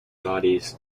bodies